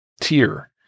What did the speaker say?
tier